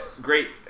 great